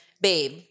babe